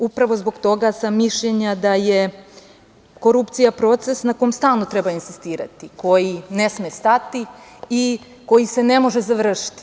Upravo zbog toga sam mišljenja da je korupcija proces na kome stalno treba insistirati, koji ne sme stati i koji se ne može završiti.